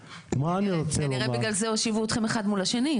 כנראה בגלל זה הושיבו אותכם אחד מול השני,